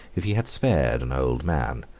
if he had spared an old man,